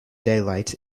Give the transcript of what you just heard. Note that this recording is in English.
daylight